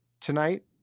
tonight